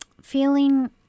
feeling